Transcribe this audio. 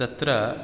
तत्र